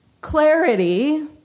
clarity